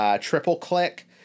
triple-click